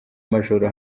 major